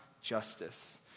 justice